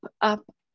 up